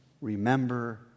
remember